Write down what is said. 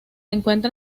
encuentra